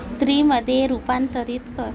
स्त्रीमध्ये रुपांतरीत कर